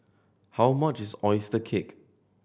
how much is oyster cake